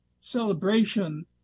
celebration